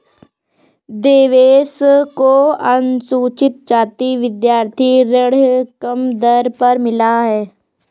देवेश को अनुसूचित जाति विद्यार्थी ऋण कम दर पर मिला है